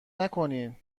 نکنین